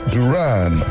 Duran